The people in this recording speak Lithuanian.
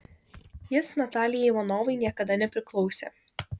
jis natalijai ivanovai niekada nepriklausė